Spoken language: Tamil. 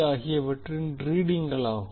ஆகியவற்றின் ரீடிங்குகளாகும்